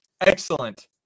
excellent